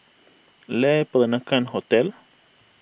Le Peranakan Hotel